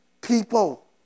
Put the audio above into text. people